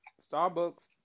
Starbucks